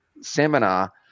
seminar